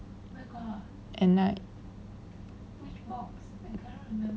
at night